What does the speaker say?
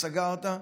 סגרת,